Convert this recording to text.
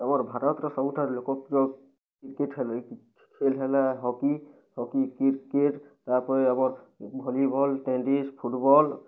ଆମର୍ ଭାରତ୍ ର ସବୁଠାରୁ ଲୋକପ୍ରିୟ କ୍ରିକେଟ୍ ହେଲେ ଖେଲ୍ ହେଲା ହକି ହକି କ୍ରିକେଟ୍ ତା'ର୍ପରେ ଆମର୍ ଭଲିବଲ୍ ଟେନିସ୍ ଫୁଟ୍ବଲ୍